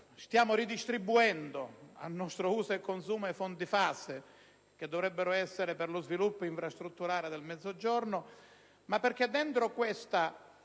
stiamo ridistribuendo a nostro uso e consumo i fondi FAS, che dovrebbero essere destinati allo sviluppo infrastrutturale del Mezziogiorno, ma perché dietro la